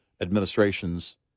administrations